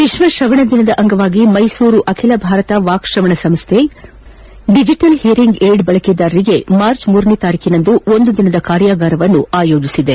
ವಿಶ್ವ ಶ್ರವಣ ದಿನದ ಅಂಗವಾಗಿ ಮೈಸೂರಿನ ಅಖಿಲ ಭಾರತ ವಾಕ್ ಶ್ರವಣ ಸಂಸ್ಥೆ ಡಿಜಿಟಲ್ ಹಿಯರಿಂಗ್ ಏಡ್ ಬಳಕೆದಾರರಿಗೆ ಮಾರ್ಚ್ ಇರಂದು ಒಂದು ದಿನದ ಕಾರ್ಯಾಗಾರ ಆಯೋಜಿಸಿದೆ